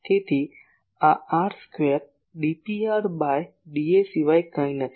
તેથી આ r square d Pr by dA સિવાય કંઈ નથી